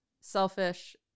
selfish